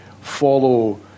follow